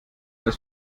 das